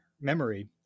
memory